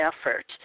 effort